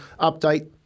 update